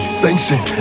sanction